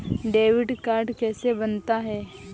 Debit card कैसे बनता है?